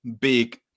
big